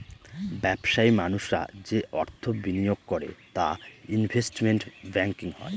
ব্যবসায়ী মানুষরা যে অর্থ বিনিয়োগ করে তা ইনভেস্টমেন্ট ব্যাঙ্কিং হয়